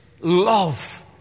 love